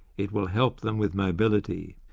it will help them with mobility,